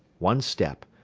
one step,